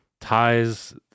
ties